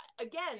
again